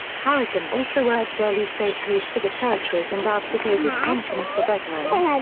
harrison also urged early statehood for the territories and advocated pensions for veterans,